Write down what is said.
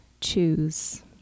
choose